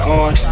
on